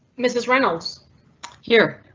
mrs reynolds here.